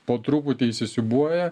po truputį įsisiūbuoja